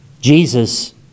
Jesus